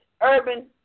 urban